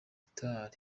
guitar